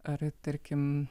ar tarkim